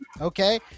okay